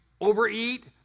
overeat